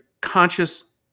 conscious